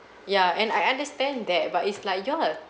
ya and I understand that but it's like you all are